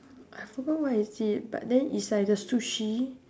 I forgot where I see it but then is like a sushi